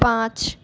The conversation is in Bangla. পাঁচ